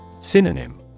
Synonym